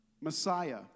Messiah